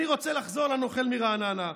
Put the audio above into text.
אני רוצה לחזור לנוכל מרעננה.